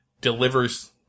delivers